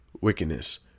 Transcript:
wickedness